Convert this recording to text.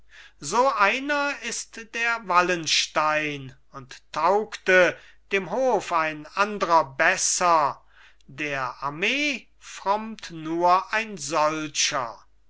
so einer ist der wallenstein und taugte dem hof ein andrer besser der armee frommt nur ein solcher